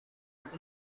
would